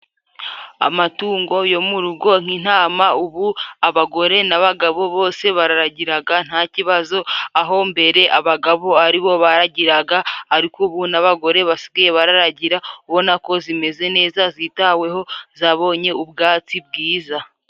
Amatungo yo mu rugo nk'intama ubu abagore n'abagabo bose bararagiraga nta kibazo aho mbere abagabo aribo baragiraga ariko ubu n'abagore basigaye bararagira ubona ko zimeze neza zitaweho zabonye ubwatsi bwiza.